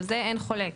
על זה אין חולק.